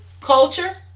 culture